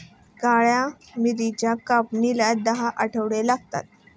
काळ्या मिरीच्या कापणीला दहा आठवडे लागतात